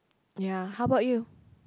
ya how about you